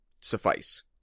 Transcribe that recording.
suffice